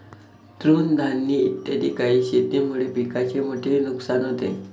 तृणधानी इत्यादी काही शेतीमुळे पिकाचे मोठे नुकसान होते